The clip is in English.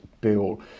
bill